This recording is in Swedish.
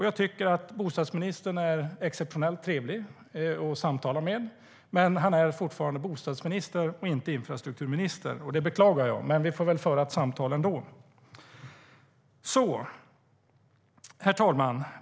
Jag tycker att bostadsministern är exceptionellt trevlig att samtala med, men han är fortfarande bostadsminister och inte infrastrukturminister. Det beklagar jag, men vi får väl föra ett samtal ändå. Herr talman!